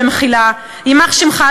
במחילה: "יימח שמך,